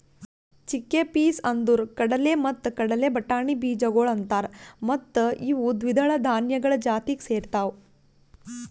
chickpeas ಅಂದುರ್ ಕಡಲೆ ಮತ್ತ ಕಡಲೆ ಬಟಾಣಿ ಬೀಜಗೊಳ್ ಅಂತಾರ್ ಮತ್ತ ಇವು ದ್ವಿದಳ ಧಾನ್ಯಗಳು ಜಾತಿಗ್ ಸೇರ್ತಾವ್